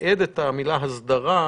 האפקטיביות היא המספיקה.